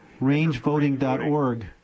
rangevoting.org